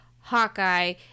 Hawkeye